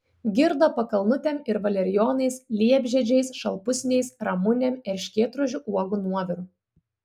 girdo pakalnutėm ir valerijonais liepžiedžiais šalpusniais ramunėm erškėtrožių uogų nuoviru